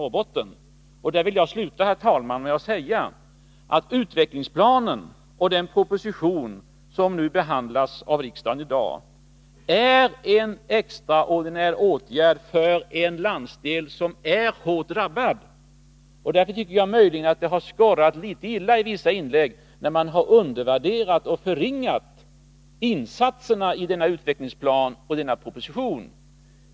Den proposition och den utvecklingsplan som i dag behandlas av riksdagen föreslår en extraordinär åtgärd för en landsdel som är hårdast drabbad. Därför tycker jag möjligen att det har skorrat litet illa när man i vissa inlägg har undervärderat och förringat insatserna i denna utvecklingsplan och denna proposition.